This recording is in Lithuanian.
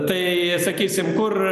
tai sakysim kur